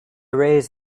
raise